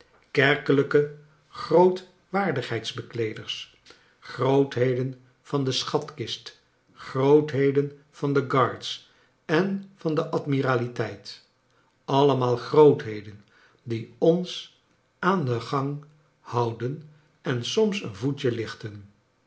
kerkelijke grootwaardigheidsbekleeders grootheden van de schatkist grootheden van de guards en van de admiraliteit allemaal grootheden die ons aan den gang houden en soms een voetje lichten